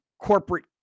Corporate